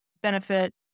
benefit